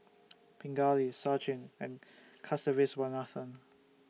Pingali Sachin and Kasiviswanathan